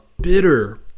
bitter